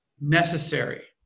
necessary